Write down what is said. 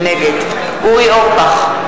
נגד אורי אורבך,